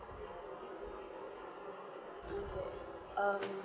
um say um